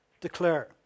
declare